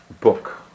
book